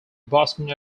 boston